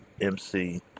mc